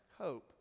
hope